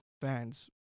fans